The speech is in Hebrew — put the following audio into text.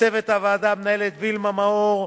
לצוות הוועדה, המנהלת וילמה מאור,